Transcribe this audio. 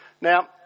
Now